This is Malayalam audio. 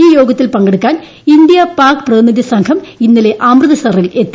ഈ യോഗത്തിൽ പങ്കെടുക്കാൻ ഇന്ത്യ പാക് പ്രതിനിധി സംഘം ഇന്നലെ അമൃത്സറിൽ എത്തി